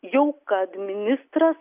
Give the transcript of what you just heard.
jau kad ministras